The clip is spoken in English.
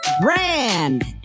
Brand